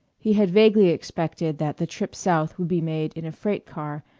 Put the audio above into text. he had vaguely expected that the trip south would be made in a freight-car,